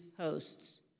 hosts